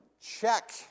Check